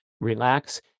relax